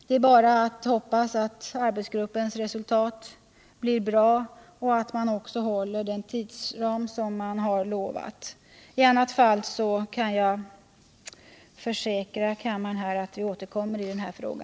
Det är nu bara att hoppas att arbetsgruppens resultat blir bra och att man också skall kunna hålla den tidsram för arbetet som man har lovat. I annat fall kan jag försäkra kammaren att vi återkommer i denna fråga.